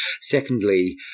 Secondly